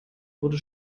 wurde